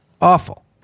Awful